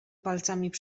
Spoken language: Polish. palcami